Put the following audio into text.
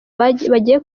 bagiye